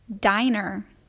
Diner